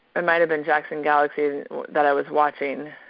it might have been jackson galaxy that i was watching,